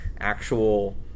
actual